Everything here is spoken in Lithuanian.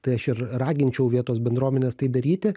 tai aš ir raginčiau vietos bendruomenes tai daryti